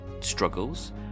struggles